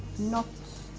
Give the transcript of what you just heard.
not